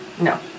No